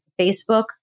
Facebook